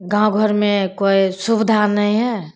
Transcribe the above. गामघरमे कोइ सुविधा नहि हइ